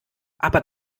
aber